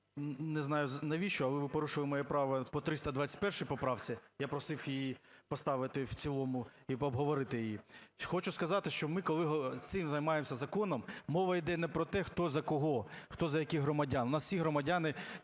не знаю навіщо, але ви порушили моє право по 321 поправці, я просив її поставити в цілому і обговорити її. Хочу сказати, що, ми коли цим займаємося законом, мова йде не про те, хто за кого, хто за яких громадян, у нас всі громадяни